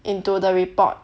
into the report